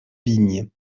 vignes